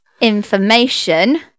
information